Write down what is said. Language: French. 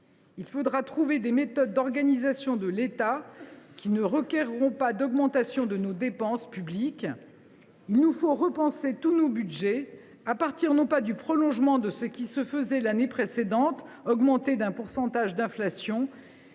Il faudra trouver des méthodes d’organisation de l’État qui ne requerront pas d’augmentation de nos dépenses publiques. Nous devrons repenser tous nos budgets, à partir non pas du prolongement de ce qui se faisait l’année précédente, augmenté d’un pourcentage d’inflation,